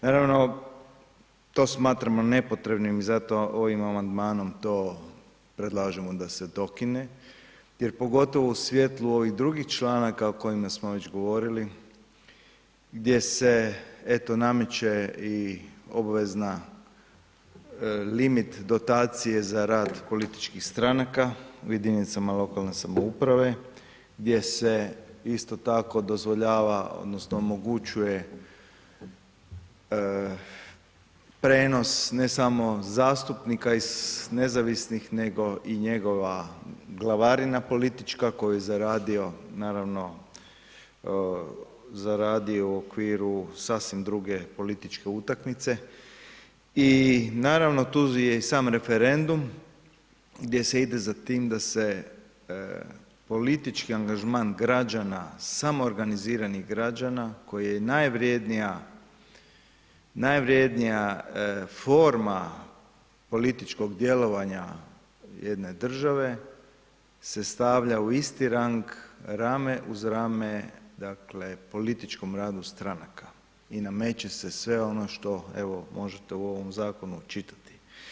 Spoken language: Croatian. Naravno, to smatramo nepotrebnim i zato ovim amandmanom to predlažemo da se to ukine, jer pogotovo u svijetlu ovih drugih članaka, o kojima smo već govorili, gdje se, eto nameće i obveza limit dotacije za rad političkih stranka, u jedinicama lokalne samouprave, gdje se isto tako dozvoljava odnosno, omogućuje prijenos, ne samo zastupnika iz nezavisnih, nego i njegova glavarina politička, koju je zaradio, naravno, zaradio u okviru sasvim druge političke utakmice i naravno, tu je i sam referendum gdje se ide za tim da se politički angažman građana samoorganiziranih građana koji je i najvrjednija forma političkog djelovanja jedne države se stavlja u isti rang rame uz rame, dakle, političkom radu stranaka i nameće se sve ono što, evo možete u ovom zakonu čitati.